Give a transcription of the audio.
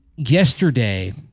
Yesterday